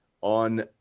on